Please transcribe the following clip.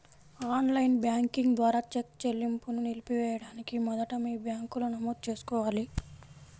on line banking ద్వారా cheque చెల్లింపును నిలిపివేయడానికి మొదట మీ బ్యాంకులో నమోదు చేసుకోవాలి